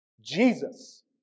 Jesus